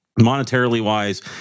Monetarily-wise